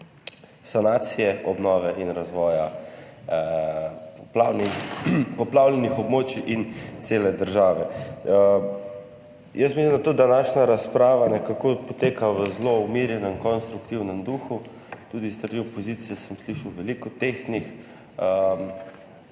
sanacije, obnove in razvoja poplavljenih območij in cele države. Jaz mislim, da tudi današnja razprava nekako poteka v zelo umirjenem, konstruktivnem duhu, tudi s strani opozicije sem slišal veliko tehtnih,